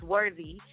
Worthy